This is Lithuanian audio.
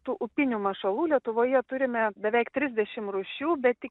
tu upinių mašalų lietuvoje turime beveik trisdešim rūšių bet tik